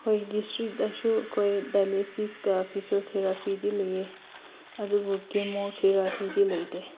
ꯍꯣꯏ ꯗꯤꯁꯇ꯭ꯔꯤꯛꯇꯁꯨ ꯑꯩꯈꯣꯏ ꯗꯥꯏꯂꯥꯏꯁꯤꯁꯀ ꯐꯤꯖꯣ ꯊꯦꯔꯥꯄꯤꯗꯤ ꯂꯩꯌꯦ ꯑꯗꯨꯕꯨ ꯀꯦꯃꯣ ꯊꯦꯔꯥꯄꯤꯗꯤ ꯂꯩꯇꯦ